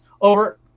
over